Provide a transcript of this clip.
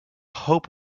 hope